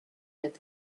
that